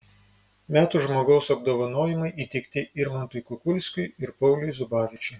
metų žmogaus apdovanojimai įteikti irmantui kukulskiui ir pauliui zubavičiui